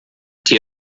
die